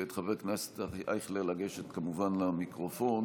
ואת חבר הכנסת אייכלר לגשת כמובן למיקרופון